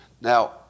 Now